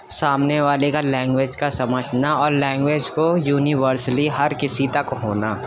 سامنے والے کا لینگویج کا سمجھنا اور لینگویج کو یونیورسلی ہر کسی تک ہونا